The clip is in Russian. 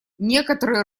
некоторые